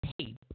tape